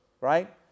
Right